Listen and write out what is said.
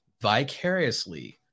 vicariously